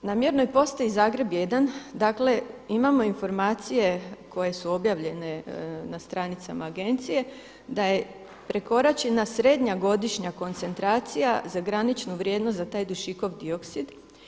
Na mjernoj postaji Zagreb 1, dakle imamo informacije koje su objavljene na stranicama agencije da je prekoračena srednja godišnja koncentracija za graničnu vrijednost za taj dušikov dioksid.